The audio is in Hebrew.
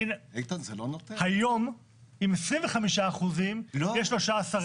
היום עם 25% יש 13,000. לא.